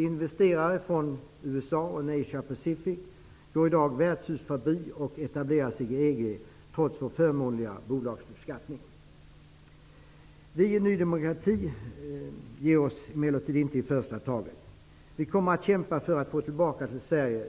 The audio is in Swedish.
Investerare från USA och Asian Pacific går i dag värdshus förbi och etablerar sig i EG, trots vår fömånliga bolagsbeskattning. Vi i Ny demokrati ger oss emellertid inte i första taget. Vi kommer att kämpa för att få tillbaka till lagar